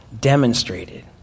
demonstrated